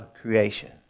creation